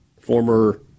former